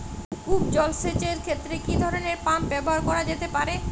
কূপ জলসেচ এর ক্ষেত্রে কি ধরনের পাম্প ব্যবহার করা যেতে পারে?